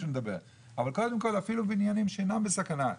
אבל קודם כל אפילו בניינים שאינם בסכנה,